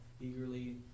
eagerly